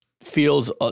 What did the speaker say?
feels